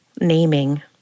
naming